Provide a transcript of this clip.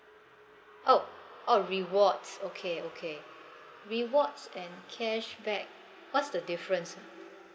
oh oh rewards okay okay rewards and cashback what's the difference